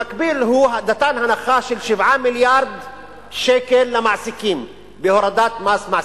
במקביל הוא נתן הנחה של 7 מיליארד שקל למעסיקים בהורדת מס מעסיקים,